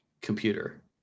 Computer